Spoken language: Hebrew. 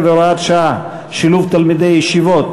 19 והוראת שעה) (שילוב תלמידי ישיבות),